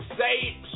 say